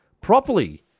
properly